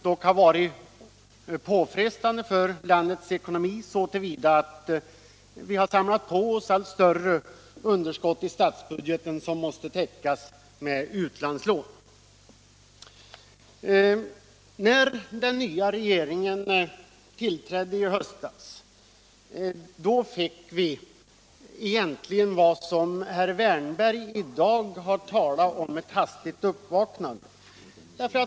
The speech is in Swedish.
Denna har varit påfrestande för landets ekonomi så till vida att vi har samlat på oss allt större underskott i statsbudgeten, som måste täckas med utlandslån. När den nya regeringen tillträdde i höstas fick vi egentligen vad herr Wärnberg i dag har talat om, ett hastigt uppvaknande.